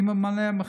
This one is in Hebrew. מי ימנע ממך?